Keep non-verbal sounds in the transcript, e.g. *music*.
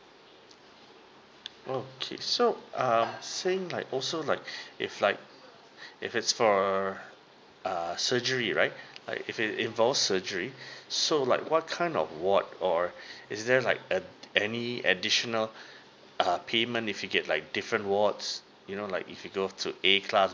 okay so um saying like also like *breath* if like if it's for err surgery right like if it involves surgery so like what kind of ward or is there like uh any additional uh payment if you get like different wards you know like if you go to A class